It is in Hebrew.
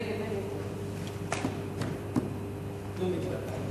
ההצעה שלא לכלול את הנושא בסדר-היום של הכנסת נתקבלה.